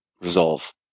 resolve